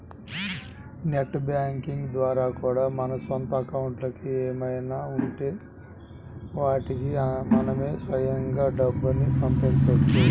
net banking ద్వారా కూడా మన సొంత అకౌంట్లు ఏమైనా ఉంటే వాటికి మనమే స్వయంగా డబ్బుని పంపవచ్చు